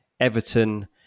Everton